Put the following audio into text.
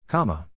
Comma